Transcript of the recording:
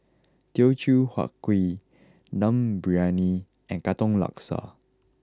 Teochew Huat Kuih Dum Briyani and Katong Laksa